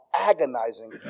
agonizing